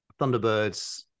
Thunderbirds